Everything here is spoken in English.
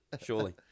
Surely